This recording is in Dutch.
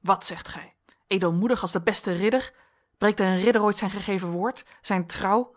wat zegt gij edelmoedig als de beste ridder breekt een ridder ooit zijn gegeven woord zijn trouw